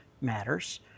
matters